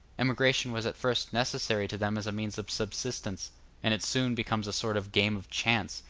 emigration was at first necessary to them as a means of subsistence and it soon becomes a sort of game of chance,